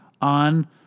on